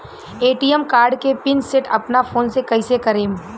ATM card के pin set अपना phone से कइसे करेम?